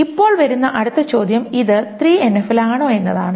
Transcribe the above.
അപ്പോൾ വരുന്ന അടുത്ത ചോദ്യം ഇത് 3NF ൽ ആണോ എന്നതാണ്